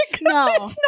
no